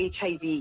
HIV